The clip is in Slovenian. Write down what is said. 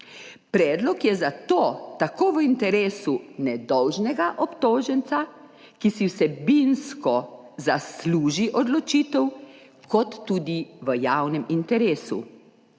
Predlog je zato tako v interesu nedolžnega obtoženca, ki si vsebinsko zasluži odločitev, kot tudi v javnem interesu.